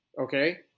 Okay